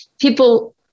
people